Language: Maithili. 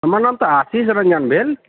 हमर नाम तऽ आशीष रंजन भेल